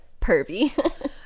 pervy